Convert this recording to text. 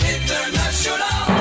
International